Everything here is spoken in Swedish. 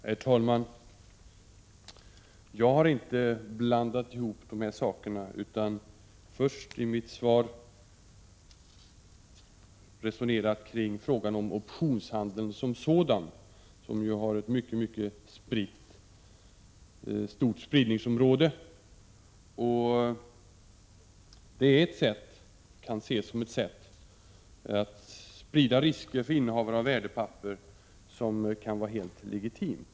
Herr talman! Jag har inte blandat ihop dessa saker. I mitt svar resonerade jag först kring frågan om optionshandeln som sådan. Denna har ett mycket stort spridningsområde och kan ses som ett sätt att sprida risker för innehavare av värdepapper som kan vara helt legitimt.